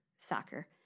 soccer